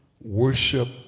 worship